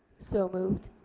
so moved.